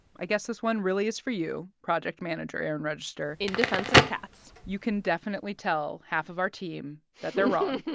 i guess this one really is for you, project manager erin register in defense of cats you can definitely tell half of our team that they're wrong.